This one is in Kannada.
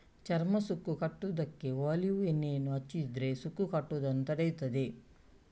ಚರ್ಮ ಸುಕ್ಕು ಕಟ್ಟುದಕ್ಕೆ ಒಲೀವ್ ಎಣ್ಣೆಯನ್ನ ಹಚ್ಚಿದ್ರೆ ಸುಕ್ಕು ಕಟ್ಟುದನ್ನ ತಡೀತದೆ